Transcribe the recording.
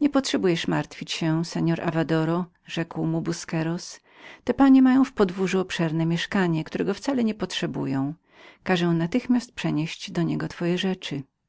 nie potrzebujesz martwić się seor avadoro rzekł mu busqueros te panie mają w podwórzu obszerne mieszkanie którego wcale nie potrzebują każę natychmiast do niego przenieść twoje rzeczy